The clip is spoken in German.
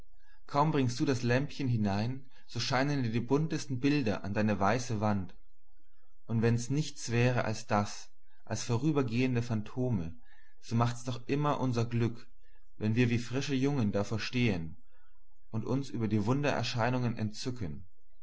kaum bringst du das lämpchen hinein so scheinen dir die buntesten bilder an deine weiße wand und wenn's nichts wäre als das als vorübergehende phantome so macht's doch immer unser glück wenn wir wie frische jungen davor stehen und uns über die wundererscheinungen entzücken